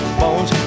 bones